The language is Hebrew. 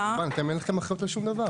אין לכם אחריות לשום דבר.